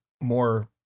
more